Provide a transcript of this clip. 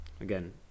Again